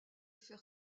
faire